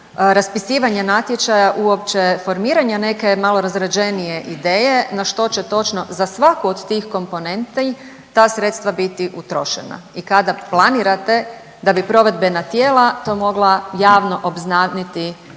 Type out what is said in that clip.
raspisivanja natječaja uopće formiranja neke malo razrađenije ideje na što će točno za svaku od tih komponenti ta sredstva biti utrošena i kada planirate da bi provedbena tijela to mogla javno obznaniti bilo na